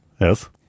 Yes